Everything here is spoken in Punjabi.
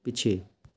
ਪਿੱਛੇ